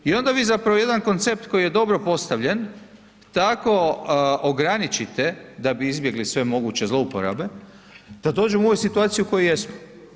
onda vi zapravo jedan koncept koji je dobro postavljen tako ograničite da bi izbjegli sve moguće zlouporabe da dođemo u ovu situaciju u kojoj jesmo.